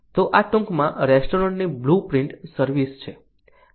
તો આ ટૂંકમાં રેસ્ટોરન્ટની બ્લુપ્રિન્ટ 2259 સર્વિસ છે